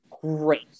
great